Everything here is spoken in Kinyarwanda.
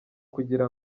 kugira